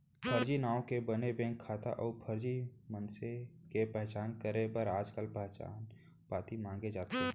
फरजी नांव के बने बेंक खाता अउ फरजी मनसे के पहचान करे बर आजकाल पहचान पाती मांगे जाथे